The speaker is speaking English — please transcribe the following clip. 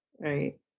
right